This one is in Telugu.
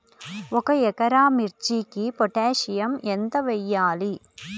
ఒక ఎకరా మిర్చీకి పొటాషియం ఎంత వెయ్యాలి?